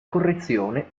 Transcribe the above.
correzione